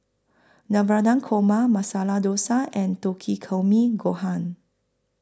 Navratan Korma Masala Dosa and Takikomi Gohan